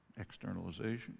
externalization